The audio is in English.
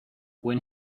when